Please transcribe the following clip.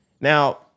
Now